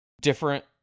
different